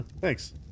Thanks